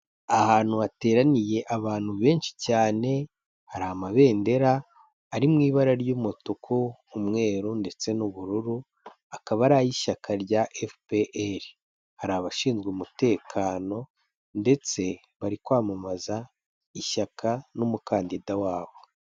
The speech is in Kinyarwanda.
Ahantu hateraniye abantu benshi cyane, hari amabendera, ari mu ibara ry'umutuku, umweru ndetse n'ubururu, akaba ari ay'ishyaka rya FPR. Hari abashinzwe umutekano ndetse bari kwamamaza ishyaka n'umukandida wabo.